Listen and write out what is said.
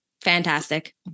Fantastic